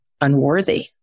unworthy